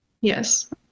Yes